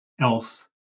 else